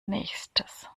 nächstes